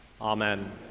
Amen